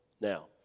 Now